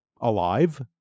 alive